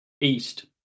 east